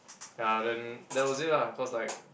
ya then that was it lah cause like